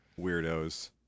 Weirdos